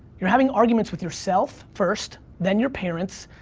you're having arguments with yourself first, then your parents,